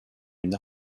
une